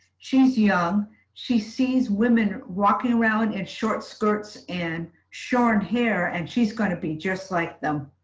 she's young she sees women walking around in short skirts and short hair and she's got to be just like them.